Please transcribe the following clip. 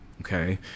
okay